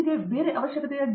ಗೆ ಬೇರೆ ಅವಶ್ಯಕತೆಯ ಡಿ